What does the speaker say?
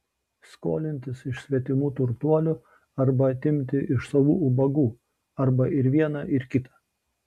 skolintis iš svetimų turtuolių arba atimti iš savų ubagų arba ir viena ir kita